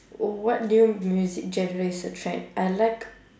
what do you music generates a trend I like